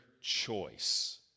choice